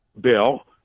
bill